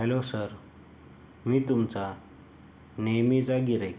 hello sir मी तुमचा नेहमीचा गिऱ्हाईक